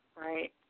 Right